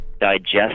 digest